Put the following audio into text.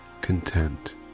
content